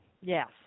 Yes